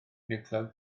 niwclews